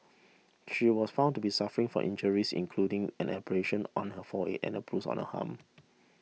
she was found to be suffering from injuries including an abrasion on her forehead and a bruise on her arm